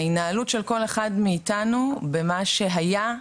ההתנהלות של כל אחד מאיתנו במה שהיה,